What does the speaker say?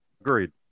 Agreed